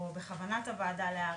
או בכוונת הוועדה להאריך,